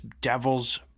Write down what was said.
devil's